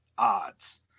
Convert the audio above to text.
odds